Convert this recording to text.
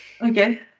Okay